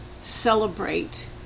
celebrate